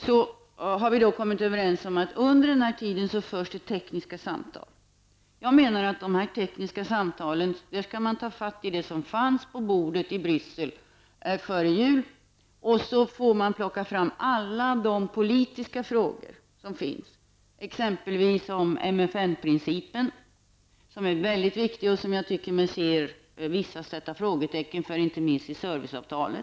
Vi har då kommit överens om att det under denna tid skall föras tekniska samtal. Jag menar att man vid dessa tekniska samtal skall ta fasta på de förslag som fanns på bordet i Bryssel före jul och plocka fram alla de politiska frågor som finns i sammanhanget. Det gäller exempelvis MFN-principen, som är mycket viktig, och som jag tycker mig se att vissa sätter frågetecken för, inte minst i serviceavtalet.